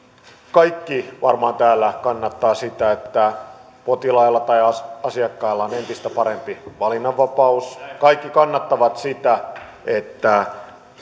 kaikki varmaan täällä kannattavat sitä että potilailla tai asiakkailla on entistä parempi valinnanvapaus kaikki kannattavat sitä että